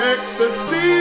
Ecstasy